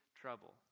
trouble